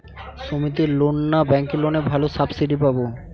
সমিতির লোন না ব্যাঙ্কের লোনে ভালো সাবসিডি পাব?